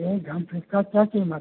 एक घन फिट का क्या कीमत है